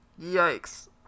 Yikes